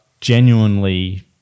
genuinely